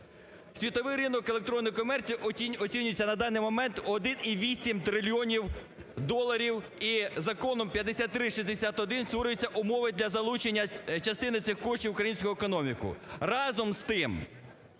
Світовий ринок електронної комерції оцінюється на даний момент 1,8 трильйонів доларів і законом 5361 створюються умови для залучення частини цих коштів в українську економіку. Разом з тим,